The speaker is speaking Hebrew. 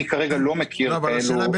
אני כרגע לא מכיר מוצרים כאלה.